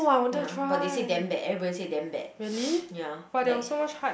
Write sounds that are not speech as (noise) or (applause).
ya but they say damn bad everybody say damn bad (noise) ya like